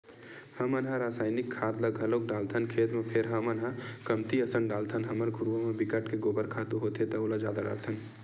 हमन ह रायसायनिक खाद ल घलोक डालथन खेत म फेर हमन ह कमती असन डालथन हमर घुरूवा म बिकट के गोबर खातू होथे त ओला जादा डारथन